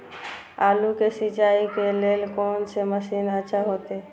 आलू के सिंचाई के लेल कोन से मशीन अच्छा होते?